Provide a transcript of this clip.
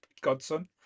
godson